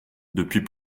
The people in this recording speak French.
depuis